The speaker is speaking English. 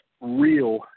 real